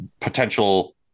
potential